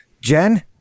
jen